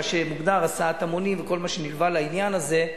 מה שמוגדר הסעת המונים וכל מה שנלווה לעניין הזה,